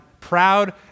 proud